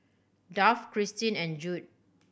Duff Kristyn and Jude